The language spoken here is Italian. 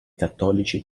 cattolici